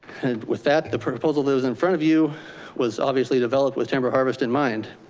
and with that, the proposal that was in front of you was obviously developed with timber harvest in mind.